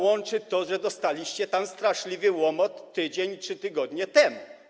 Łączy je to, że dostaliście tam straszliwy łomot tydzień i 3 tygodnie temu.